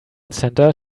center